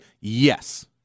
Yes